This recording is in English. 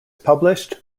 published